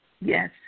Yes